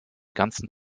ganzen